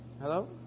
Hello